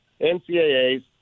NCAAs